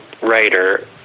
writer